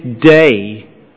day